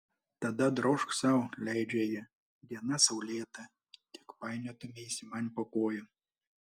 tada drožk sau leidžia ji diena saulėta tik painiotumeisi man po kojų